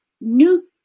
new